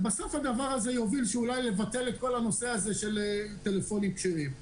בסוף הדבר הזה אולי יוביל לביטול כל הטלפונים הכשרים.